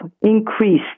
increased